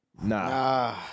Nah